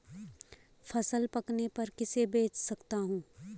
फसल पकने पर किसे बेच सकता हूँ?